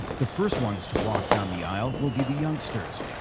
the first ones to walk down the aisle will be the youngsters.